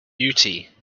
beauty